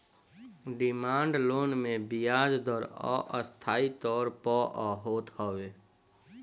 demand loan मे बियाज दर अस्थाई तौर पअ होत हवे